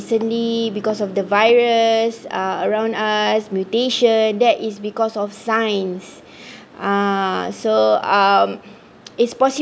recently because of the virus uh around us mutation that is because of science uh so um is possible